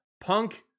Punk